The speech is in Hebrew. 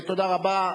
תודה רבה.